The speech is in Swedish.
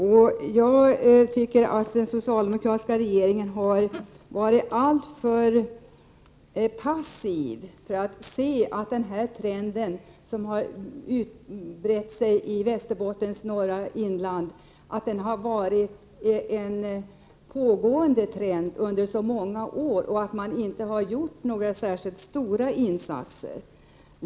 Jag tycker att den socialdemokratiska regeringen har varit alltför passiv. Trenden i Västerbottens norra inland har varit densamma under många år, och den socialdemokratiska regeringen har inte gjort några särskilt stora insatser.